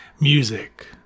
music